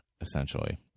essentially